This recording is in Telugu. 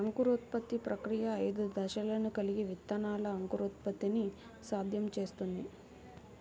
అంకురోత్పత్తి ప్రక్రియ ఐదు దశలను కలిగి విత్తనాల అంకురోత్పత్తిని సాధ్యం చేస్తుంది